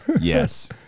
Yes